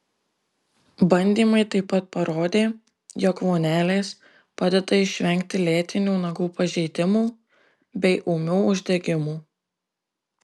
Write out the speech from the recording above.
bandymai taip pat parodė jog vonelės padeda išvengti lėtinių nagų pažeidimų bei ūmių uždegimų